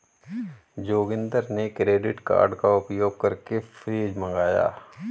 जोगिंदर ने credit card का उपयोग करके फ्रिज मंगवाया